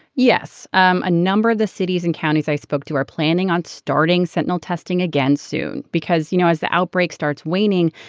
yes. um a number of the cities and counties i spoke to are planning on starting sentinel testing again soon because, you know, as the outbreak starts waning,